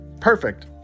Perfect